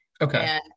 okay